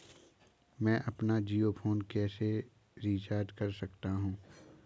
मैं अपना जियो फोन कैसे रिचार्ज कर सकता हूँ?